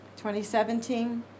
2017